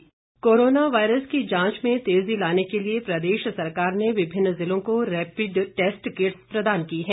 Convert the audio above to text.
rapid test corona virus की जांच में तेजी लाने के लिए प्रदेश सरकार ने विभिन्न ज़िलों को रैपिड टैस्ट किट्स प्रदान की हैं